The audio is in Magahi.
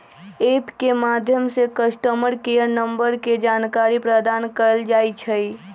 ऐप के माध्यम से कस्टमर केयर नंबर के जानकारी प्रदान कएल जाइ छइ